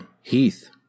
Heath